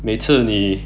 每次你